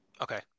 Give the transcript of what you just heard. Okay